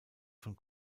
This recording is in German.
von